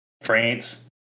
France